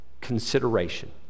consideration